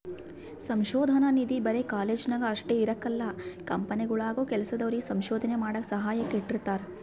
ಸಂಶೋಧನಾ ನಿಧಿ ಬರೆ ಕಾಲೇಜ್ನಾಗ ಅಷ್ಟೇ ಇರಕಲ್ಲ ಕಂಪನಿಗುಳಾಗೂ ಕೆಲ್ಸದೋರಿಗೆ ಸಂಶೋಧನೆ ಮಾಡಾಕ ಸಹಾಯಕ್ಕ ಇಟ್ಟಿರ್ತಾರ